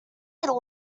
really